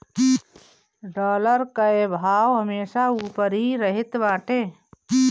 dollar कअ भाव हमेशा उपर ही रहत बाटे